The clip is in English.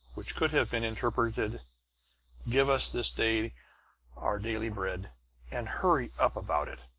which could have been interpreted give us this day our daily bread and hurry up about it!